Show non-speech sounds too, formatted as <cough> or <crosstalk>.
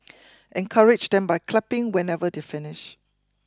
<noise> encourage them by clapping whenever they finish